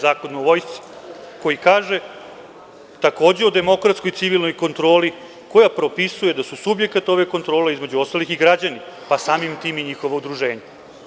Zakona o vojsci, koji kaže takođe o demokratskoj civilnoj kontroli koja propisuje da su subjekat ove kontrole, između ostalih, i građani, pa samim tim i njihova udruženja.